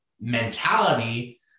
mentality